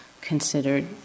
considered